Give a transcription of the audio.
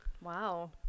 Wow